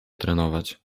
trenować